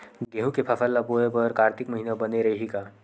गेहूं के फसल ल बोय बर कातिक महिना बने रहि का?